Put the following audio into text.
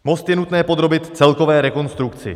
Most je nutné podrobit celkové rekonstrukci.